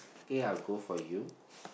kay I'll go for you